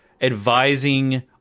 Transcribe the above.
advising